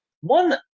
One